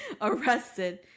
arrested